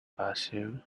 basil